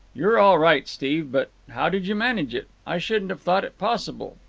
you're all right, steve. but how did you manage it? i shouldn't have thought it possible.